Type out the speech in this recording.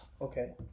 Okay